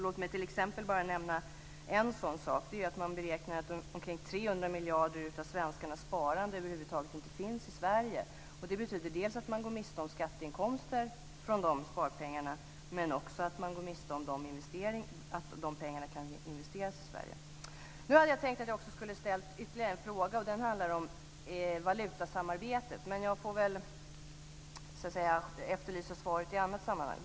Låt mig t.ex. bara nämna att en sådan sak är att man beräknar att omkring 300 miljarder kronor av svenskarnas sparande över huvud taget inte finns i Sverige. Det betyder dels att man går miste om skatteinkomster från de sparpengarna, dels att de pengarna inte investeras i Sverige. Jag hade också tänkt ställa en fråga som skulle handla om valutasamarbetet, men jag får väl efterlysa ett svar på den i annat sammanhang.